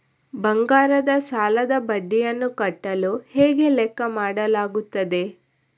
ಬಂಗಾರದ ಸಾಲದ ಬಡ್ಡಿಯನ್ನು ಕಟ್ಟಲು ಹೇಗೆ ಲೆಕ್ಕ ಮಾಡಲಾಗುತ್ತದೆ?